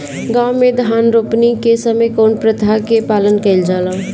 गाँव मे धान रोपनी के समय कउन प्रथा के पालन कइल जाला?